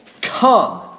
come